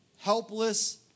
helpless